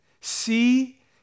See